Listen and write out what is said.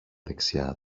δεξιά